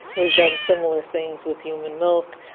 we've done similar things with human milk.